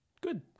Good